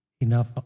enough